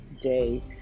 day